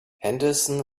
henderson